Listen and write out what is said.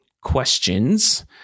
questions